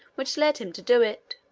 which led him to do it.